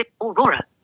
aurora